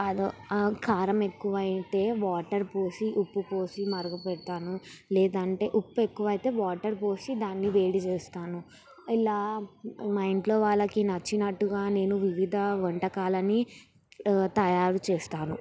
కారం ఎక్కువైతే వాటర్ పోసి ఉప్పు పోసి మరగ పెడతాను లేదంటే ఉప్పు ఎక్కువైతే వాటర్ పోసి దాన్ని వేడి చేస్తాను ఇలా మా ఇంట్లో వాళ్ళకి నచ్చినట్టుగా నేను వివిధ వంటకాలని తయారు చేస్తాను